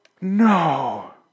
no